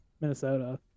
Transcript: Minnesota